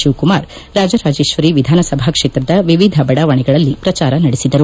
ಶಿವಕುಮಾರ್ ರಾಜರಾಜೇಶ್ವರಿ ವಿಧಾನಸಭಾ ಕ್ಷೇತ್ರದ ವಿವಿಧ ಬಡಾವಣೆಗಳಲ್ಲಿ ಪ್ರಚಾರ ನಡೆಸಿದರು